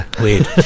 Weird